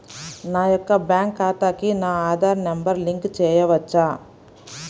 నా యొక్క బ్యాంక్ ఖాతాకి నా ఆధార్ నంబర్ లింక్ చేయవచ్చా?